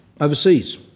overseas